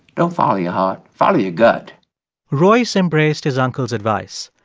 don't follow your heart. follow your gut royce embraced his uncle's advice.